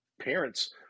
parents